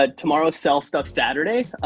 ah tomorrow's sell stuff saturday.